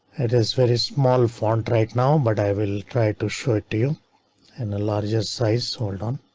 it is very small font right now, but i will try to show it to you and a larger size hold on.